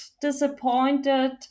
disappointed